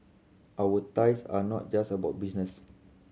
our ties are not just about business